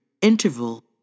interval